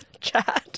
chat